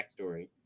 backstory